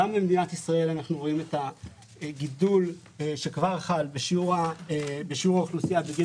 גם במדינת ישראל אנחנו רואים את הגידול שכבר חל בשיעור האוכלוסייה בגיל